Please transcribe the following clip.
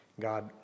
god